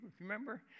remember